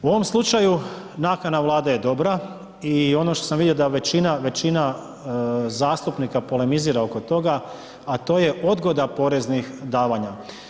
U ovom slučaju nakana Vlade je dobra i ono što sam vidio je da većina zastupnika polemizira oko toga a to je odgoda poreznih davanja.